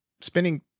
spinning